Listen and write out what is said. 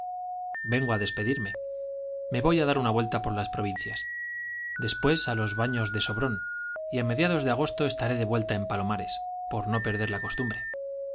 vengo a despedirme me voy a dar una vuelta por las provincias después a los baños de sobrón y a mediados de agosto estaré de vuelta en palomares por no perder la costumbre